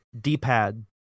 D-pad